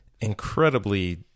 incredibly